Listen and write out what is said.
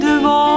devant